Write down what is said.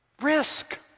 Risk